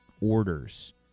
orders